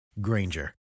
Granger